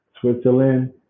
Switzerland